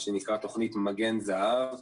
מה שנקרא תוכנית "מגן זהב".